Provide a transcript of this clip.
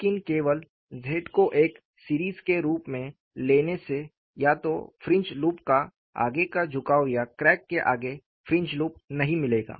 लेकिन केवल Z को एक सीरीज के रूप में लेने से या तो फ्रिंज लूप का आगे का झुकाव या क्रैक के आगे फ्रिंज लूप नहीं मिलेगा